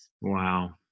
Wow